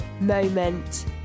Moment